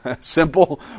simple